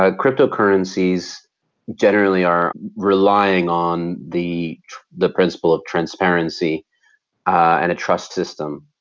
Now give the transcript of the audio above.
ah cryptocurrencies generally are relying on the the principle of transparency and a trust system.